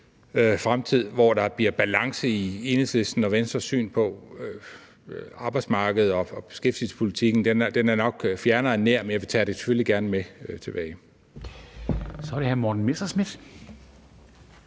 fremtid, hvor der bliver balance mellem Enhedslistens og Venstres syn på arbejdsmarkedet og beskæftigelsespolitikken, nok er fjernere end nær, men jeg vil selvfølgelig gerne tage det med tilbage.